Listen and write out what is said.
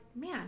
man